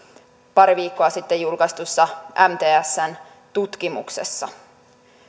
pari viikkoa sitten julkaistussa mtsn tutkimuksessa